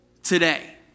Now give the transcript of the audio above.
today